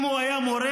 אם הוא היה מורה,